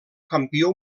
campió